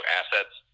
assets